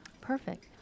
Perfect